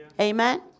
Amen